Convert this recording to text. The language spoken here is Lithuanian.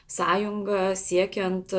sąjunga siekiant